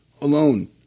alone